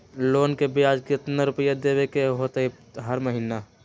Loan के ब्याज कितना रुपैया देबे के होतइ हर महिना?